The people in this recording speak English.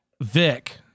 vic